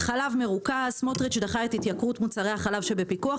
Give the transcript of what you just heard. "חלב מרוכז: סמוטריץ' דחה את התייקרות מוצרי החלב שבפיקוח,